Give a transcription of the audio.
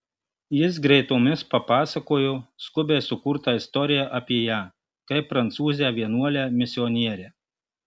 jis greitomis papasakojo skubiai sukurtą istoriją apie ją kaip prancūzę vienuolę misionierę